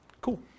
Cool